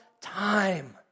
time